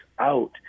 out